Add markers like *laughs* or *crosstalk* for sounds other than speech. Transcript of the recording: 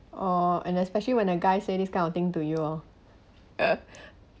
oh and especially when a guy say this kind of thing to you oh *laughs*